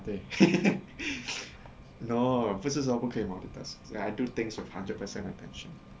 ah 对 no 不是说不可以 multitask I do things with hundred percent attention